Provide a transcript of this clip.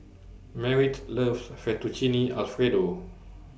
Merritt loves Fettuccine Alfredo